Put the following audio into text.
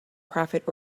profit